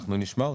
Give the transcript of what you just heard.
אנחנו נשמע אותם.